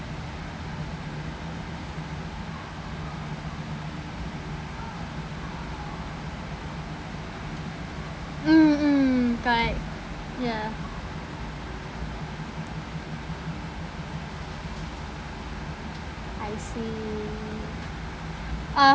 mm mm right ya I see uh